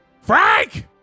Frank